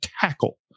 tackle